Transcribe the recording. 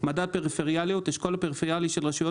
"מדד פריפריאליות" - אשכול הפריפריאליות של רשויות